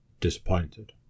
disappointed